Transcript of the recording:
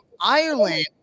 ireland